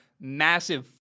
massive